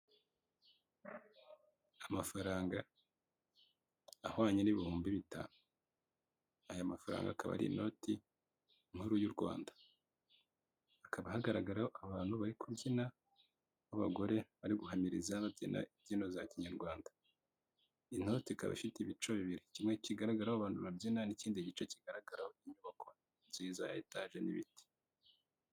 Amafaranga ahwanye n'ibihumbi bitanu aya mafaranga akaba ari inoti nkuru y'u rwanda hakaba hagaragaraho abantu bari kubyina nk'abagore bari guhamiriza babyina imbyino za kinyarwanda, inoti ikaba ifite ibice bibiri kimwe kigaragaraho abantu babyina n'ikindi gice kigaragaraho inyubako nziza ya etage n'ibiti.